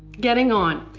getting on.